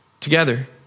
together